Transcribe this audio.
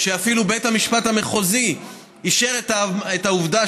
ואפילו בית המשפט המחוזי אישר את העובדה